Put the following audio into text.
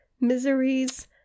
miseries